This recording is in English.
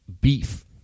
beef